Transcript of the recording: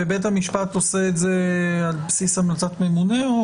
בית המשפט עושה את זה על בסיס המלצת ממונה?